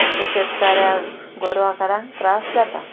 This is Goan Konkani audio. अशे शेतकाऱ्या गोरवांकारांक त्रास जाता